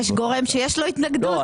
יש גורם שיש לו התנגדות?